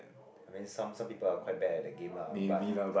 I mean some some people are quite bad at the game lah but